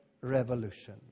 Revolution